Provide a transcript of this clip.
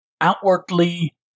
outwardly